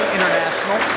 International